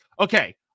okay